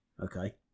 Okay